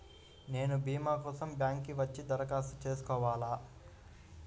నేను భీమా కోసం బ్యాంక్కి వచ్చి దరఖాస్తు చేసుకోవాలా?